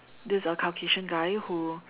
this uh Caucasian guy who